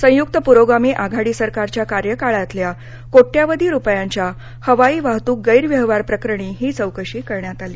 संयुक्त पुरोगामी आघाडी सरकारच्या कार्यकाळातल्या कोट्यवधी रुपयांच्या हवाई वाहतूक गैरव्यवहारप्रकरणी ही चौकशी करण्यात आली